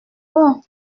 bon